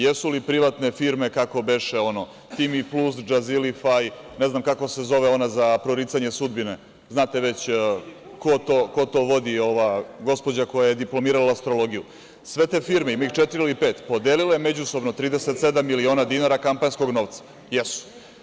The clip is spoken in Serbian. Jesu li privatne firme, kako beše ono, „Timi plus“, „DŽazili faj“, ne znam kako se zove ona za propricanje sudbine, znate već ko to vodi, ova gospođa koja je diplomirala astrologiju, sve te firme, ima ih četiri ili pet, podelile međusobno 37.000.000 dinara kampanjskog novca, jesu.